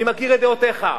אני מכיר את דעותיך,